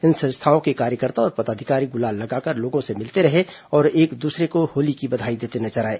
इन संस्थाओं के कार्यकर्ता और पदाधिकारी गुलाल लगाकर लोगों से मिलते रहे और एक दूसरे को होली की बधाई देते नजर आए